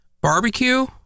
barbecue